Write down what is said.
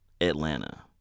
Atlanta